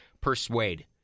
Persuade